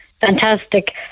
fantastic